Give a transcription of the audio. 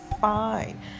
fine